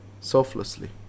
Selflessly